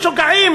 משוגעים,